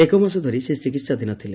ଏକ ମାସ ଧରି ସେ ଚିକିହାଧୀନ ଥିଲେ